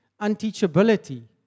unteachability